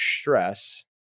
stress